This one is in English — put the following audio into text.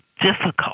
difficult